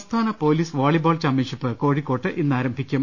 സംസ്ഥാന police volleyball championship കോഴിക്കോട്ട് ഇന്ന് ആരംഭിക്കും